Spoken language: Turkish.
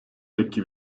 tepki